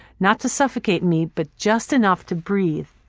not to suffocate me but just enough to breathe,